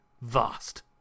vast